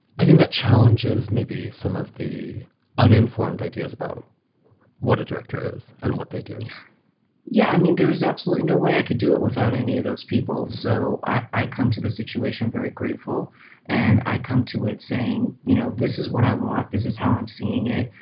i think that challenges maybe some of the uninformed ideas about what a director is and what they do yeah, i mean, there is absolutely no way i could do it without any of those people. so i come to the situation very grateful and i come to it saying, you know, this is what i want. this is how i'm seeing it.